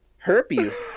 Herpes